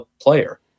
player